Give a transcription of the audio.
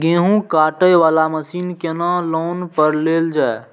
गेहूँ काटे वाला मशीन केना लोन पर लेल जाय?